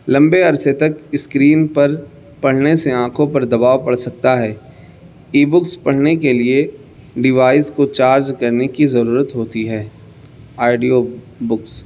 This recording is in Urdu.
لمبے عرصے تک اسکرین پر پڑھنے سے آنکھوں پر دباؤ پڑ سکتا ہے ای بکس پڑھنے کے لیے ڈیوائس کو چارج کرنے کی ضرورت ہوتی ہے آئڈیو بکس